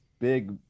big